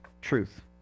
truth